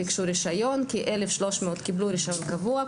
ביקשו רישיון כ-1,300 קיבלו רישיון קבוע,